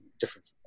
different